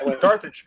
Darth